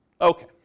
Okay